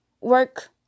work